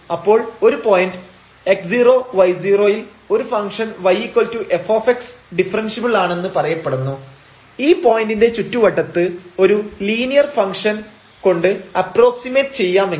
അപ്പോൾ ഒരു point x0 y0 ൽ ഒരു ഫംഗ്ഷൻ yf ഡിഫറെൻഷ്യബിൾ ആണെന്ന് പറയപ്പെടുന്നു ഈ പോയിന്റിന്റെ ചുറ്റുവട്ടത്ത് ഒരു ലീനിയർ ഫംഗ്ഷൻ കൊണ്ട് അപ്പ്രോക്സിമെറ്റ് ചെയ്യാമെങ്കിൽ